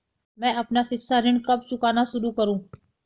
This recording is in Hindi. मैं अपना शिक्षा ऋण कब चुकाना शुरू करूँ?